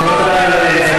הוא לא אומר.